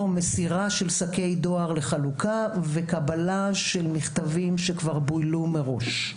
מסירה של שקי דואר לחלוקה וקבלה של מכתבים שכבר בוילו מראש,